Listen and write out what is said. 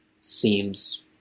seems